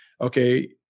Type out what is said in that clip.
okay